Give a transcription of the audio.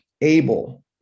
able